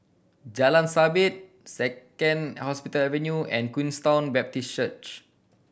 Jalan Sabit Second Hospital Avenue and Queenstown Baptist Church